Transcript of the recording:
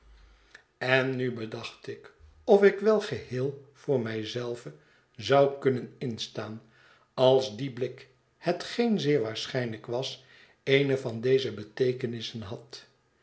en nu bedacht ik of ik wel geheel voor mij zelve zou kunnen instaan als die blik hetgeen zeer waarschijnlijk was eene van deze beteekenissen had